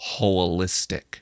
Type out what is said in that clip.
holistic